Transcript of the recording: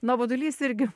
nuobodulys irgi